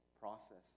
process